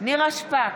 נירה שפק,